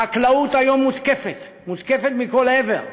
החקלאות היום מותקפת, מותקפת מכל עבר.